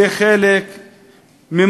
זה חלק ממסע